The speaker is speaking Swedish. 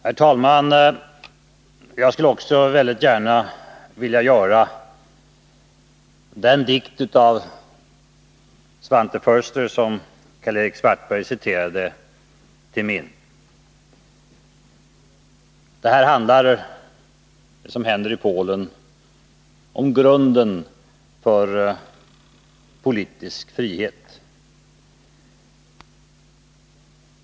Herr talman! Också jag skulle väldigt gärna vilja göra den dikt av Svante Foerster som Karl-Erik Svartberg citerade till min. Det som händer i Polen handlar om grunden för politisk frihet.